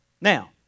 Now